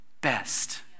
best